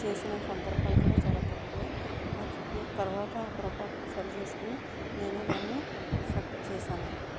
చేసిన సందర్భాలు కూడా చాలా తక్కువే ఆ తర్వాత పొరపాట్లు సరిచేసుకోని నేను దాన్ని సరిచేశాను